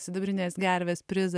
sidabrinės gervės prizą